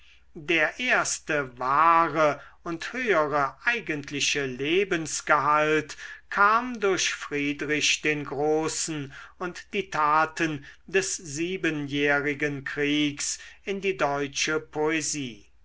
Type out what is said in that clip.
der erste wahre und höhere eigentliche lebensgehalt kam durch friedrich den großen und die taten des siebenjährigen kriegs in die deutsche poesie